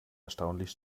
erstaunlich